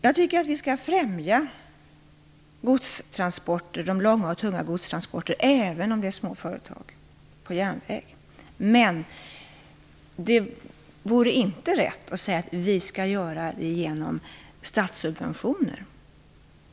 Jag tycker att vi skall främja de långa och tunga godstransporterna på järnväg även för små företag. Men det vore inte rätt att göra det genom statssubventioner.